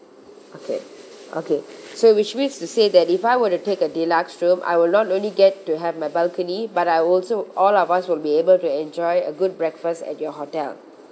okay okay so which means to say that if I were to take a deluxe room I will not only get to have my balcony but I also all of us will be able to enjoy a good breakfast at your hotel